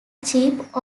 cheap